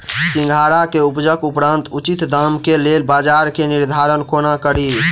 सिंघाड़ा केँ उपजक उपरांत उचित दाम केँ लेल बजार केँ निर्धारण कोना कड़ी?